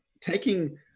taking